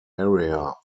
area